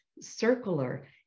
circular